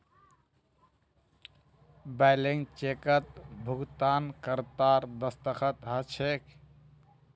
blank चेकत भुगतानकर्तार दस्तख्त ह छेक